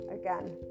again